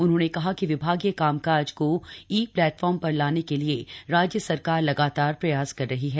उन्होंने कहा कि विभागीय कामकाज को ई प्लेटफॉर्म पर लाने के लिए राज्य सरकार लगातार प्रयास कर रही है